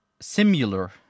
similar